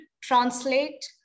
translate